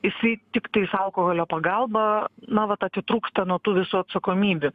jisai tiktais alkoholio pagalba na vat atitrūksta nuo tų visų atsakomybių